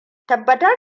tabbatar